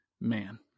man